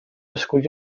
esculls